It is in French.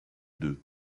deux